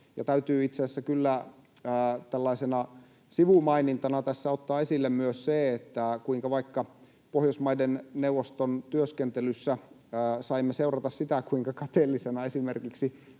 täytyy itse asiassa kyllä tällaisena sivumainintana tässä ottaa esille myös se, kuinka vaikka Pohjoismaiden neuvoston työskentelyssä saimme seurata sitä, kuinka kateellisina esimerkiksi